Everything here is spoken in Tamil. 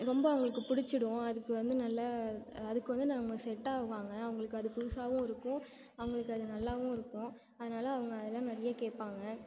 ரொம்ப அவங்களுக்கு பிடிச்சிடும் அதுக்கு வந்து நல்ல அதுக்கு வந்து அவங்க செட்டாவாங்க அவங்களுக்கு அது புதுசாகவும் இருக்கும் அவங்களுக்கு அது நல்லாவும் இருக்கும் அதனால அவங்க அதெல்லாம் நிறைய கேட்பாங்க